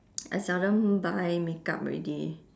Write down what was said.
I seldom buy makeup already